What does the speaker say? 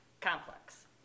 complex